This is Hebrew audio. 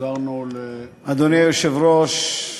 אדוני היושב-ראש,